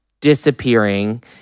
disappearing